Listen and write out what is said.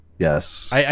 Yes